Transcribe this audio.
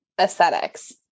aesthetics